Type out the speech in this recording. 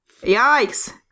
Yikes